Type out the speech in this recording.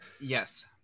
yes